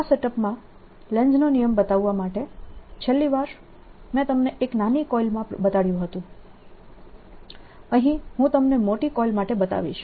આ સેટઅપ માં લેન્ઝનો નિયમ બતાવવા માટે છેલ્લી વાર મેં તમને એક નાની કોઇલ માં બતાડ્યું હતું અહીં હું તમને મોટી કોઇલ માટે બતાવીશ